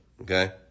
Okay